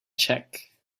check